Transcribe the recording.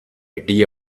idea